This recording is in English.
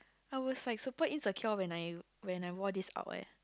I was like support insecure when I when I wore this out uh